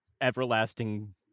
everlasting